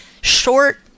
short